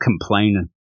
complaining